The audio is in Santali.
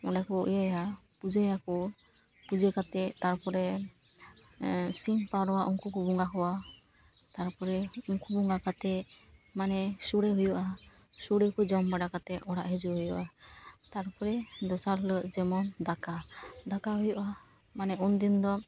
ᱚᱸᱰᱮ ᱠᱚ ᱤᱭᱟᱹᱭᱟ ᱯᱩᱡᱟᱹᱭᱟᱠᱚ ᱯᱩᱡᱟᱹ ᱠᱟᱛᱮ ᱛᱟᱨᱯᱚᱨᱮ ᱥᱤᱢ ᱯᱟᱣᱨᱟ ᱩᱱᱠᱩ ᱠᱚ ᱵᱚᱸᱜᱟ ᱠᱚᱣᱟ ᱛᱟᱨᱯᱚᱨᱮ ᱩᱱᱠᱩ ᱵᱚᱸᱜᱟ ᱠᱟᱛᱮ ᱢᱟᱱᱮ ᱥᱚᱲᱮ ᱦᱩᱭᱩᱜᱼᱟ ᱥᱚᱲᱮ ᱠᱚ ᱡᱚᱢ ᱵᱟᱲᱟ ᱠᱟᱛᱮ ᱚᱲᱟᱜ ᱦᱤᱡᱩᱜ ᱦᱩᱭᱩᱜᱼᱟ ᱛᱟᱨᱯᱚᱨᱮ ᱫᱚᱥᱟᱨ ᱦᱤᱞᱳᱜ ᱡᱮᱢᱚᱱ ᱫᱟᱠᱟ ᱫᱟᱠᱟ ᱦᱩᱭᱩᱜᱼᱟ ᱢᱟᱱᱮ ᱩᱱᱫᱤᱱ ᱫᱚ